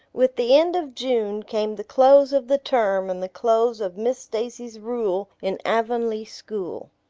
with the end of june came the close of the term and the close of miss stacy's rule in avonlea school.